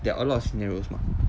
there are a lot of scenarios mah